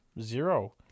zero